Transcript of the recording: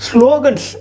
Slogans